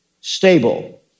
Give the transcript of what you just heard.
stable